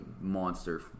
monster